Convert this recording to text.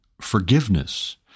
forgiveness